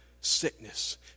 sickness